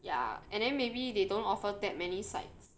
ya and then maybe they don't offer that many sides